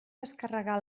descarregar